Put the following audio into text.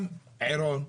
גם עירון,